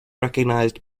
recognized